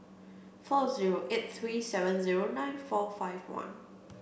four zero eight three seven zero nine four five one